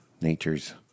nature's